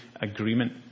agreement